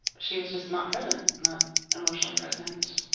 she was just not present. not emotionally present.